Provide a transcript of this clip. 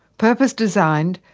purpose designed,